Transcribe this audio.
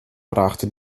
brachte